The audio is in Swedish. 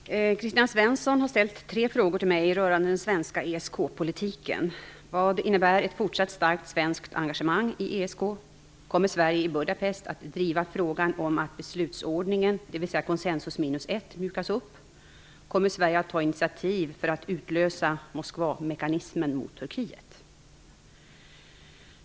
Herr talman! Kristina Svensson har ställt tre frågor till mig rörande den svenska ESK-politiken: Vad innebär ett fortsatt starkt svenskt engagemang i ESK? Kommer Sverige i Budapest att driva frågan om att beslutsordningen, dvs. konsensus minus ett, mjukas upp? Kommer Sverige att ta initiativ för att utlösa Moskvamekanismen mot Turkiet?